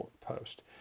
post